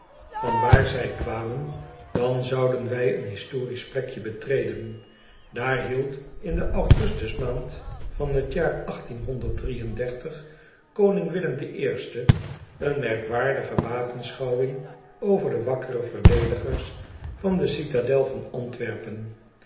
opzoeken vanwaar zij kwamen dan zouden wij een historisch plekje betreden daar hield in de augustusmaand van het jaar koning willem i een merkwaardige wapenschouwing over de wakkere verdedigers van d e